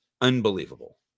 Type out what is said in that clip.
Unbelievable